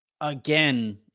again